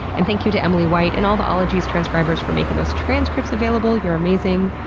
and thank you to emily white and all the ologies transcribers for making those transcripts available, you're amazing.